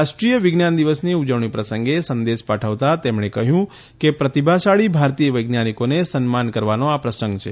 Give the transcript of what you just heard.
રાષ્ટ્રીય વિજ્ઞાન દિવસની ઉજવણી પ્રસંગે સંદેશ પાઠવતાં તેમણે કહ્યું કે પ્રતિભાશાળી ભારતીય વૈજ્ઞાનિકોને સન્માન કરવાનો આ પ્રસંગ છે